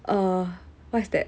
err what's that